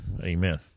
Amen